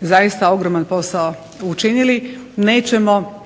zaista ogroman posao učinili nećemo